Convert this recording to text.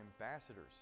ambassadors